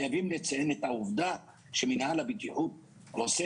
חייבים לציין את העובדה שמנהל הבטיחות עושה